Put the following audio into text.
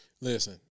Listen